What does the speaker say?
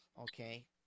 okay